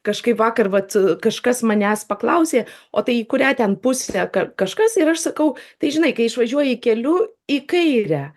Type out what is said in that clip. kažkaip vakar vat kažkas manęs paklausė o tai į kurią ten pusę ka kažkas ir aš sakau tai žinai kai išvažiuoji keliu į kairę